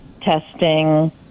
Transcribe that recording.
testing